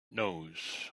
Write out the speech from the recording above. knows